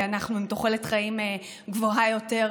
כי אנחנו עם תוחלת חיים גבוהה יותר,